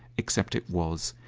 except it was.